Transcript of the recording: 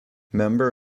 member